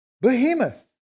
Behemoth